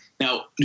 Now